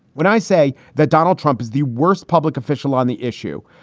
when i say that donald trump is the worst public official on the issue,